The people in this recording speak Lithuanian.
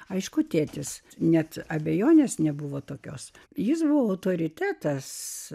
aišku tėtis net abejonės nebuvo tokios jis buvo autoritetas